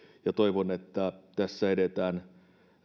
ja toivon että tässä edetään